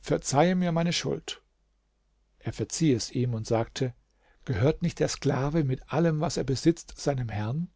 verzeihe mir meine schuld er verzieh es ihm und sagte gehört nicht der sklave mit allem was er besitzt seinem herrn